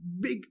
big